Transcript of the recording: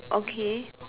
okay